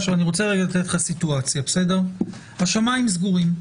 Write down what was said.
למשל, השמיים סגורים,